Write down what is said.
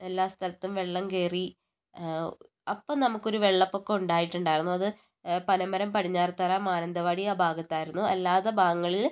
എല്ലാ സ്ഥലത്തും വെള്ളം കയറി അപ്പ നമുക്കൊരു വെള്ളപ്പൊക്കം ഉണ്ടായിട്ടുണ്ടായിരുന്നു അത് പനമരം പടിഞ്ഞാറത്തറ മാനന്തവാടി ആ ഭാഗത്തായിരുന്നു അല്ലാത്ത ഭാഗങ്ങളിൽ